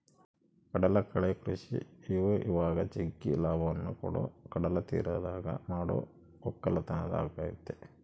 ಕಡಲಕಳೆ ಕೃಷಿ ಇವಇವಾಗ ಜಗ್ಗಿ ಲಾಭವನ್ನ ಕೊಡೊ ಕಡಲತೀರದಗ ಮಾಡೊ ವಕ್ಕಲತನ ಆಗೆತೆ